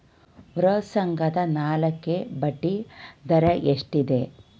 ವ್ಯಾಸಂಗದ ಸಾಲಕ್ಕೆ ಬಡ್ಡಿ ದರ ಎಷ್ಟಿದೆ?